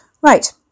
Right